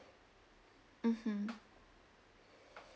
mmhmm